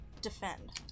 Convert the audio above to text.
defend